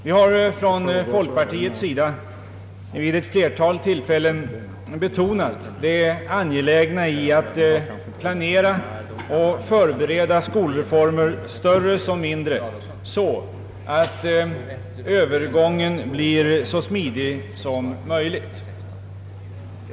Vi har från folkpartiets sida vid ett flertal tillfällen betonat det angelägna i att planera och förbereda skolreformer, större som mindre, så att övergången blir så smidig som möjligt.